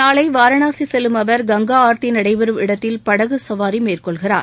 நாளை வாரணாசி செல்லும் அவர் கங்கா ஆர்த்தி நடைபெறும் இடத்தில் படகுசவாரி மேற்கொள்வார்